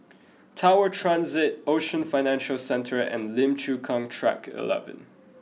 tower transit Ocean Financial Centre and Lim Chu Kang track eleven